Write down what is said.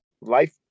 life